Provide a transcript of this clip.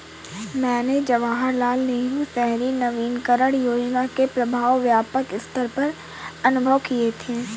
मैंने जवाहरलाल नेहरू शहरी नवीनकरण योजना के प्रभाव व्यापक सत्तर पर अनुभव किये थे